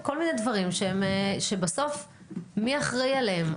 כל מיני דברים, שבסוף מי אחראי עליהם?